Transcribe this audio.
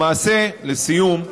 למעשה, לסיום,